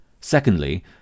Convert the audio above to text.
Secondly